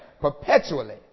perpetually